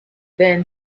then